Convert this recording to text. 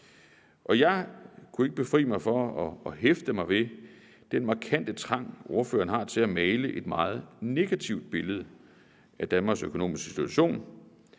Jeg kunne ikke lade være med at hæfte mig ved den markante trang, ordføreren har, til at male et meget negativt billede af Danmarks økonomiske situation,